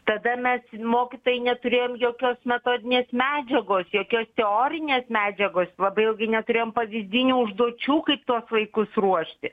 tada mes mokytojai neturėjom jokios metodinės medžiagos jokios teorinės medžiagos labai ilgai neturėjom pavyzdinių užduočių kaip tuos vaikus ruošti